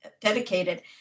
dedicated